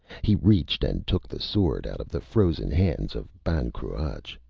he reached and took the sword, out of the frozen hands of ban cruach.